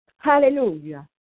Hallelujah